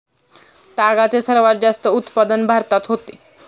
तागाचे सर्वात जास्त उत्पादन भारतात होते